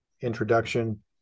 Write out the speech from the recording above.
introduction